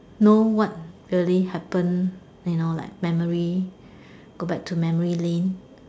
know what really happen you know like memory go back to memory lane